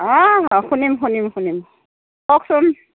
অ শুনিম শুনিম শুনিম কওকচোন